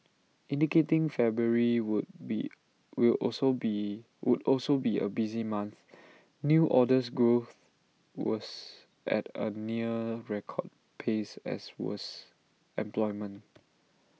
indicating February would be will also be would also be A busy month new orders growth was at A near record pace as was employment